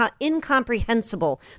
incomprehensible